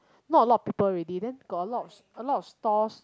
not a lot of people already then got a lot a lot of stores